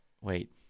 wait